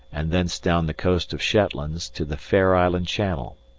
and thence down the coast of shetlands to the fair island channel,